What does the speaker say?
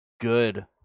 good